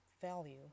value